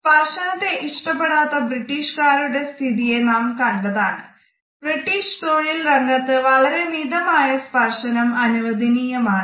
സ്പർശനത്തേ ഇഷ്ടപ്പെടാത്ത ബ്രിട്ടീഷ്കാരുടെ സ്ഥിതിയെ നാം കണ്ടതാണ് ബ്രിട്ടീഷ് തൊഴിൽ രംഗത്ത് വളരെ മിതമായ സ്പർശനം അനുവദനീയമാണ്